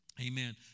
Amen